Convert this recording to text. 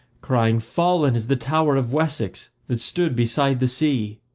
crying, fallen is the tower of wessex that stood beside the sea.